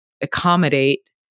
accommodate